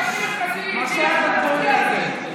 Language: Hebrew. נגד חבר הכנסת סמוטריץ',